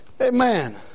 Amen